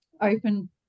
open